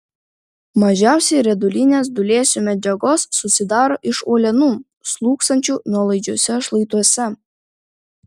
mažiausiai riedulinės dūlėsių medžiagos susidaro iš uolienų slūgsančių nuolaidžiuose šlaituose